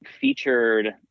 featured